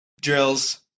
drills